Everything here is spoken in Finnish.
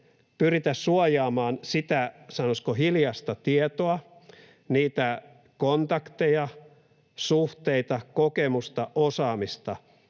pyritä suojaamaan sitä, sanoisiko, hiljaista tietoa, niitä kontakteja, suhteita, kokemusta, osaamista,